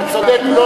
אתה צודק.